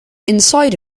inside